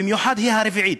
במיוחד שהיא הרביעית,